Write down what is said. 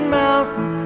mountain